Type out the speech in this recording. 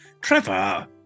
Trevor